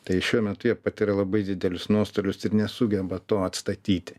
tai šiuo metu jie patiria labai didelius nuostolius ir nesugeba to atstatyti